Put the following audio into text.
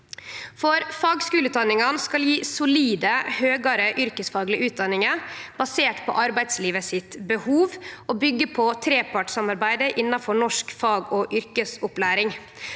Fagskuleutdanningane skal gje solide høgare yrkesfaglege utdanningar basert på arbeidslivet sitt behov og byggje på trepartssamarbeidet innanfor norsk fag- og yrkesopplæring.